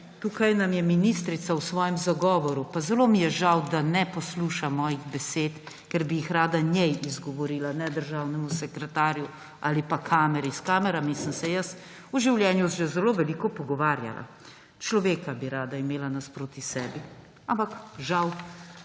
tukaj nam je ministrica v svojem zagovoru – pa mi je zelo žal, da ne posluša mojih besed, ker bi jih rada njej izgovorila, ne državnemu sekretarju ali pa kameri. S kamerami sem se jaz v življenju že zelo veliko pogovarjala, človeka bi rada imela nasproti sebe. Ampak žal se